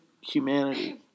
humanity